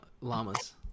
llamas